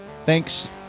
Thanks